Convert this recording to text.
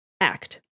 act